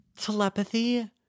telepathy